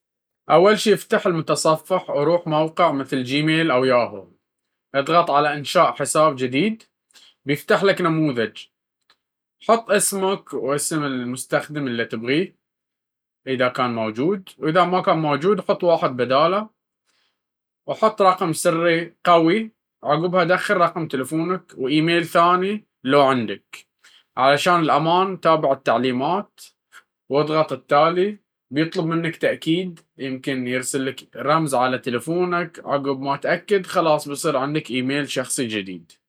أول شي، افتح المتصفح وروح موقع مثل جيميل أو ياهو. اضغط على "إنشاء حساب". بيفتح لك نموذج، عبّي اسمك، واسم المستخدم اللي تبيه، وحط رقم سري قوي. عقبها، دخّل رقم تلفونك وإيميل ثاني لو عندك، علشان الأمان. تابع التعليمات، واضغط "التالي". بيطلب منك تأكيد، يمكن يرسل لك رمز على تلفونك. عقب ما تأكد، خلاص يصير عندك إيميل شخصي.